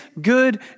good